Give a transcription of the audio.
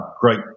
great